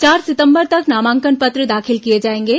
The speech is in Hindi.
चार सितंबर तक नामांकन पत्र दाखिल किए जाएंगे